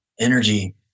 energy